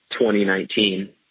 2019